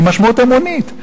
היא משמעות אמונית.